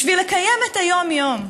בשביל לקיים את היום-יום,